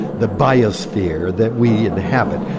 the biosphere that we inhabit,